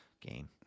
game